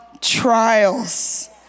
trials